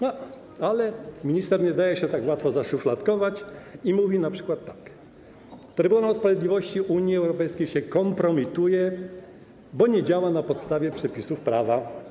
No ale minister nie daje się tak łatwo zaszufladkować i mówi np. tak: Trybunał Sprawiedliwości Unii Europejskiej się kompromituje, bo nie działa na podstawie przepisów prawa.